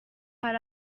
hari